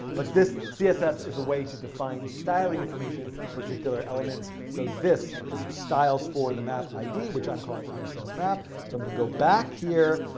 but this css is a way to define styling information particular elements. so this is styles for the map id, which i'm calling iss map. so i'm going to go back here.